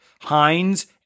Heinz